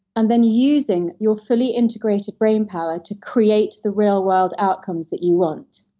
and then using your fully integrated brain power to create the real world outcomes that you want.